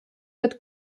wird